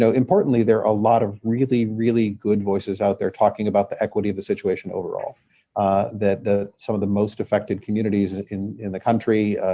so importantly, there are a lot of really, really good voices out there talking about the equity of the situation overall. that the some of the most affected communities in in the country,